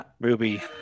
Ruby